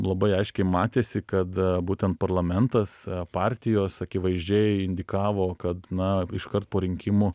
labai aiškiai matėsi kad būtent parlamentas partijos akivaizdžiai indikavo kad na iškart po rinkimų